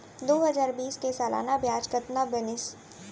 दू हजार बीस के सालाना ब्याज कतना बनिस?